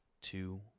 two